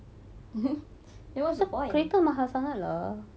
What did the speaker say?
there was a point